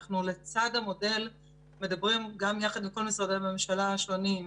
לצד המודל אנחנו מדברים גם יחד עם כל משרדי הממשלה השונים,